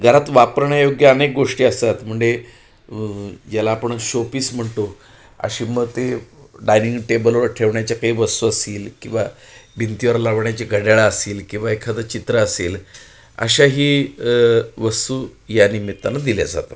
घरात वापरण्याोग्य अनेक गोष्टी असतात म्हणजे ज्याला आपण शोपीस म्हणतो अशी मग ती डायनिंग टेबलवर ठेवण्याच्या काही वस्तू असतील किंवा भिंतीवर लावण्याची घड्याळं असेल किंवा एखादं चित्र असेल अशाही वस्तू या निमित्तनं दिल्या जातात